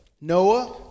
Noah